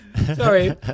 Sorry